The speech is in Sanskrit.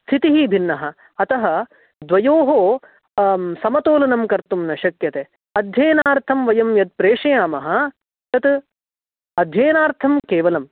स्थितिः भिन्नः अतः द्वयोः समतोलनं कर्तुं न शक्यते अध्ययनार्थं वयं यद् प्रेषयामः तत् अध्ययनार्थं केवलं